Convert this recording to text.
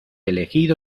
elegido